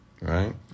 Right